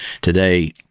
Today